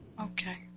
Okay